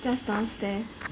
just downstairs